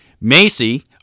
Macy